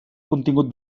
contingut